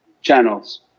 channels